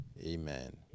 Amen